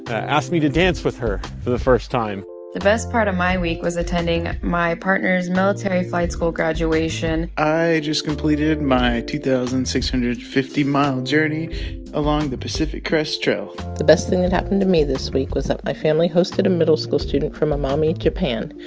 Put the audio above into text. asked me to dance with her for the first time the best part of my week was attending my partner's military flight school graduation i just completed my two thousand six hundred and fifty mile journey along the pacific crest trail the best thing that happened to me this week was that my family hosted a middle school student from amami, japan.